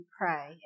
pray